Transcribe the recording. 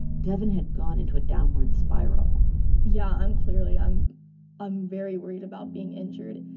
devyn had gone into a downward spiral yeah. i'm clearly i'm i'm very worried about being injured.